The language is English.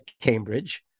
Cambridge